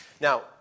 Now